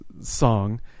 song